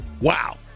Wow